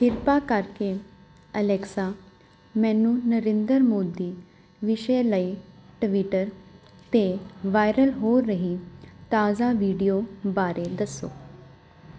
ਕਿਰਪਾ ਕਰਕੇ ਅਲੈਕਸਾ ਮੈਨੂੰ ਨਰਿੰਦਰ ਮੋਦੀ ਵਿਸ਼ੇ ਲਈ ਟਵਿੱਟਰ 'ਤੇ ਵਾਇਰਲ ਹੋ ਰਹੀ ਤਾਜ਼ਾ ਵੀਡੀਓ ਬਾਰੇ ਦੱਸੋ